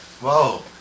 Whoa